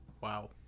Wow